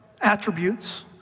attributes